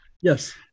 Yes